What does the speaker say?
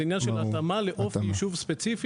זה עניין של התאמה לאופי יישוב ספציפי.